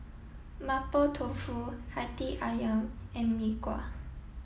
Mapo Tofu Hati Ayam and Mee Kuah